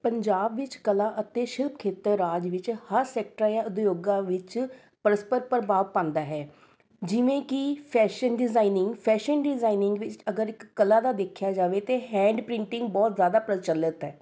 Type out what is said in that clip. ਪੰਜਾਬ ਵਿੱਚ ਕਲਾ ਅਤੇ ਸ਼ਿਲਪ ਖੇਤਰ ਰਾਜ ਵਿੱਚ ਹਰ ਸੈਕਟਰਾਂ ਜਾਂ ਉਦਯੋਗਾਂ ਵਿੱਚ ਪਰਸਪਰ ਪ੍ਰਭਾਵ ਪਾਉਂਦਾ ਹੈ ਜਿਵੇਂ ਕਿ ਫੈਸ਼ਨ ਡਿਜ਼ਾਇਨਿੰਗ ਫੈਸ਼ਨ ਡਿਜ਼ਾਇਨਿੰਗ ਵਿੱਚ ਅਗਰ ਇੱਕ ਕਲਾ ਦਾ ਦੇਖਿਆ ਜਾਵੇ ਤਾਂ ਹੈਂਡ ਪ੍ਰਿੰਟਿੰਗ ਬਹੁਤ ਜ਼ਿਆਦਾ ਪ੍ਰਚਲਿਤ ਹੈ